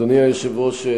אדוני היושב-ראש,